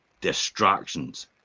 distractions